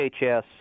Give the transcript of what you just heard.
HHS